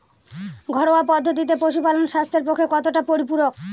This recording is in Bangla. ঘরোয়া পদ্ধতিতে পশুপালন স্বাস্থ্যের পক্ষে কতটা পরিপূরক?